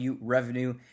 Revenue